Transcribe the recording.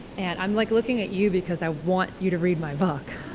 and i'm like looking at you because i want you to read my book